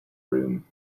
room